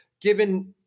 given